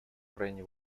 крайне